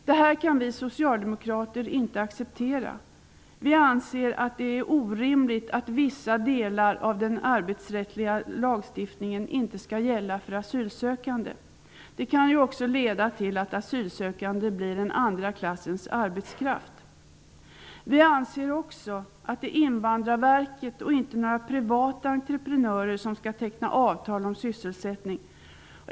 Det här kan vi socialdemokrater inte acceptera. Vi anser att det är orimligt att vissa delar av den arbetsrättsliga lagstiftningen inte skall gälla för asylsökande. Det kan ju leda till att asylsökande blir en andra klassens arbetskraft. Vi anser också att det är Invandrarverket och inte några privata entreprenörer som skall teckna avtal om sysselsättning.